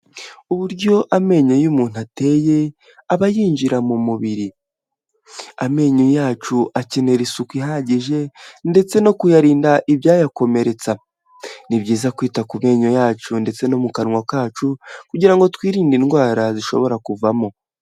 Uburyo amenyo y'umuntu ateye aba yinjira mu mubiri, amenyo yacu akenera isuku ihagije ndetse no kuyarinda ibyayakomeretsa, ni byiza kwita ku menyo yacu ndetse no mu kanwa kacu kugira ngo twirinde indwara zishobora kuvamo.